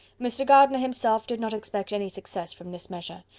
mr. gardiner himself did not expect any success from this measure,